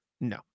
No